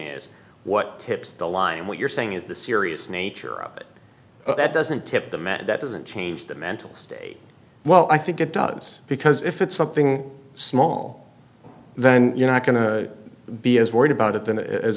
is what tips the line what you're saying is the serious nature of it that doesn't tip the med that doesn't change the mental state well i think it does because if it's something small then you're not going to be as worried about it